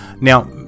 now